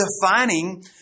defining